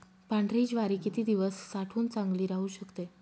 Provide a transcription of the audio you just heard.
पांढरी ज्वारी किती दिवस साठवून चांगली राहू शकते?